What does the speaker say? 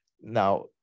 now